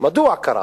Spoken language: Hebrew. מדוע קרה